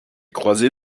croisée